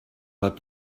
pas